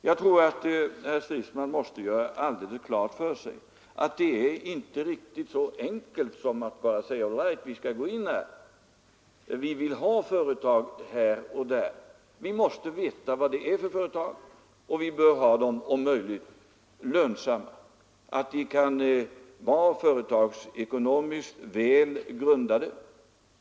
Jag tror att herr Stridsman måste göra alldeles klart för sig att det inte är riktigt så enkelt att man bara kan säga: ”All right, vi skall gå in här. Vi vill ha företag här och där.” Vi måste veta vad det är för företag, och vi bör om möjligt ha dem lönsamma och företagsekonomiskt väl grundade.